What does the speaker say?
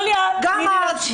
יוליה, תני לי להמשיך.